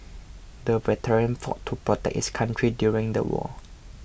the veteran fought to protect his country during the war